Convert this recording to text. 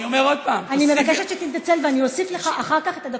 תוסיפי לי את הזמן ואני אשיב לך על בקשתך.